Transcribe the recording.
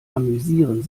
amüsieren